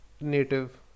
native